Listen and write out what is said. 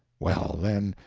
well, then,